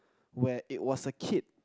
where it was a kid